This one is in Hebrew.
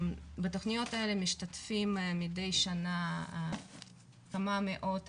בתכניות האלה משתתפים מדי שנה כמה מאות אסירים,